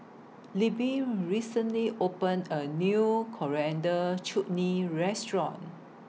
Libby recently opened A New Coriander Chutney Restaurant